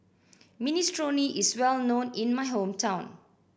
minestrone is well known in my hometown